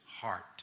heart